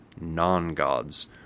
non-gods